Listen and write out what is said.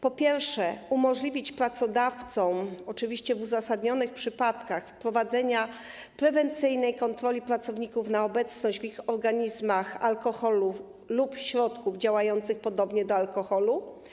Po pierwsze, ma on umożliwić pracodawcom, oczywiście w uzasadnionych przypadkach, wprowadzenie prewencyjnej kontroli pracowników na obecność w ich organizmach alkoholu lub środków działających podobnie do alkoholu.